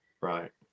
right